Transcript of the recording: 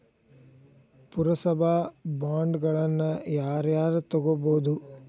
ಪುರಸಭಾ ಬಾಂಡ್ಗಳನ್ನ ಯಾರ ಯಾರ ತುಗೊಬೊದು?